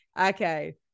Okay